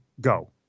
go